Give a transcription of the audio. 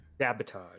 Sabotage